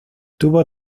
tuvo